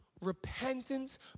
repentance